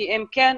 כי אם כן,